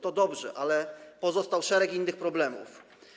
To dobrze, ale pozostał szereg innych problemów.